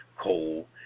coal